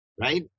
right